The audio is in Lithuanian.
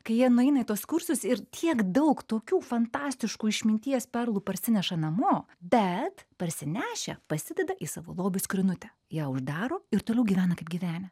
kai jie nueina į tuos kursus ir tiek daug tokių fantastiškų išminties perlų parsineša namo bet parsinešę pasideda į savo lobių skrynutę ją uždaro ir toliau gyvena kaip gyvenę